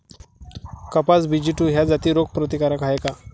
कपास BG two ह्या जाती रोग प्रतिकारक हाये का?